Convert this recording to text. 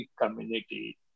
community